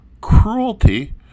cruelty